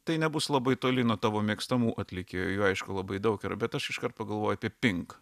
tai nebus labai toli nuo tavo mėgstamų atlikėjų jų aišku labai daug yra bet aš iškart pagalvojau apie pink